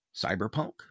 cyberpunk